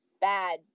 bad